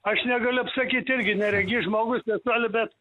aš negaliu apsakyt irgi neregys žmogus nesinori bet